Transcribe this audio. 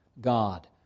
God